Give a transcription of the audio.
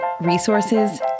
resources